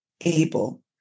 able